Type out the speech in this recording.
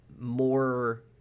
more